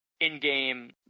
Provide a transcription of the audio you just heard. in-game